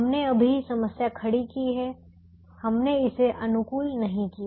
हमने अभी समस्या खड़ी की है हमने इसे अनुकूल नहीं किया